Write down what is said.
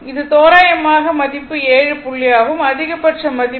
இது தோராயமான மதிப்பு 7 புள்ளியாகும் அதிகபட்ச மதிப்பு